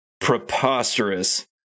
preposterous